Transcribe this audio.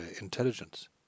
intelligence